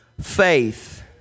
faith